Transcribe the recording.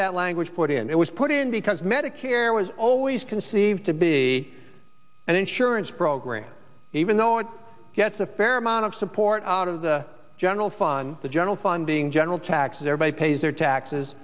that language put in it was put in because medicare was always conceived to be an insurance program even though it gets a fair amount of support out of the general fun the general funding general tax thereby pays their taxes